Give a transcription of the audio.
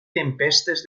tempestes